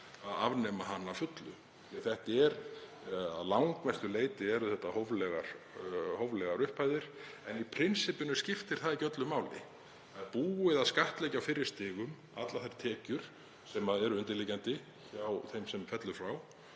að afnema hann að fullu. Þetta eru að langmestu leyti hóflegar upphæðir en í prinsippinu skiptir það ekki öllu máli. Það er búið að skattleggja á fyrri stigum allar þær tekjur sem eru undirliggjandi hjá þeim sem fellur frá,